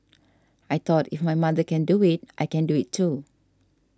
I thought if my mother can do it I can do it too